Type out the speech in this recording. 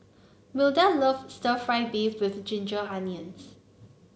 Milda loves stir fry beef with Ginger Onions